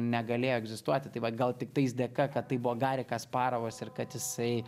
negalėjo egzistuoti tai vat gal tiktais dėka kad tai buvo gari kasparovas ir kad jisai